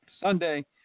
Sunday